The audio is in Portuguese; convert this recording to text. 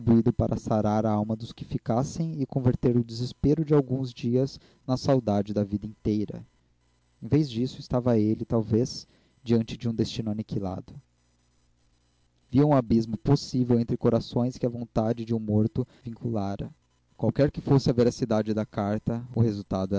para sarar a alma dos que ficassem e converter o desespero de alguns dias na saudade da vida inteira em vez disto estava ele talvez diante de um destino aniquilado via um abismo possível entre corações que a vontade de um morto vinculara qualquer que fosse a veracidade da carta o resultado